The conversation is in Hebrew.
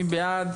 מי בעד?